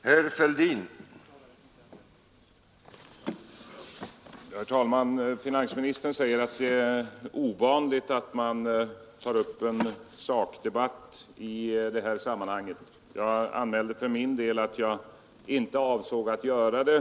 Herr talman! Finansministern säger att det är ovanligt att man tar upp en sakdebatt i det här sammanhanget. Jag anmälde för min del att jag inte avsåg att göra det.